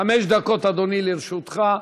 חמש דקות, אדוני, לרשותך.